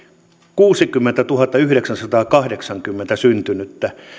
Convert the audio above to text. kuusikymmentätuhattayhdeksänsataakahdeksankymmentä syntynyttä